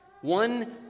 one